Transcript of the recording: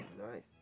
Nice